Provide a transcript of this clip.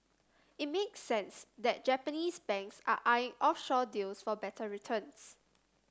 it make sense that Japanese banks are eyeing offshore deals for better returns